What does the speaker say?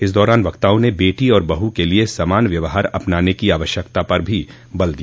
इस दौरान वक्ताओं ने बेटी और बहू के लिये समान व्यवहार अपनाने की आवश्यकता पर जोर दिया